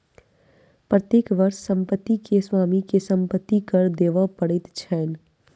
प्रत्येक वर्ष संपत्ति के स्वामी के संपत्ति कर देबअ पड़ैत छैन